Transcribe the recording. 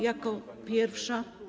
Jako pierwsza.